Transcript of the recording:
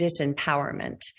disempowerment